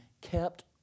kept